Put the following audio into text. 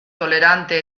tolerante